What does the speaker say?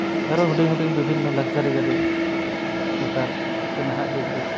ᱟᱨᱚ ᱦᱩᱰᱤᱧ ᱦᱩᱰᱤᱧ ᱵᱤᱵᱷᱤᱱᱱᱚ ᱞᱟᱠᱥᱟᱨᱤ ᱜᱟᱹᱰᱤ ᱱᱮᱛᱟᱨ ᱥᱮ ᱱᱟᱦᱟᱜ ᱡᱩᱜᱽ ᱫᱚ